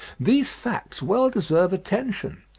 these facts well deserve attention.